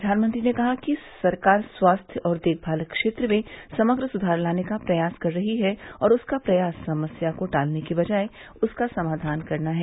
प्रधानमंत्री ने कहा कि सरकार स्वास्थ्य और देखभाल क्षेत्र में समग्र सुधार लाने का प्रयास कर रही है और उसका प्रयास समस्या को टालने की बजाय उसका समाधान करना है